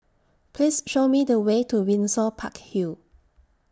Please Show Me The Way to Windsor Park Hill